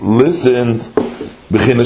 listened